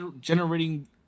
generating